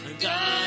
God